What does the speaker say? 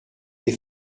des